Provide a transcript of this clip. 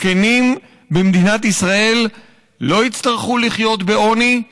זקנים, במדינת ישראל לא יצטרכו לחיות בעוני,